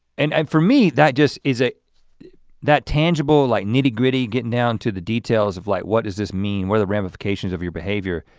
and um for me that just is a that tangible like nitty gritty getting down to the details of like what does this mean, what are the ramifications of your behavior